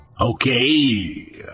Okay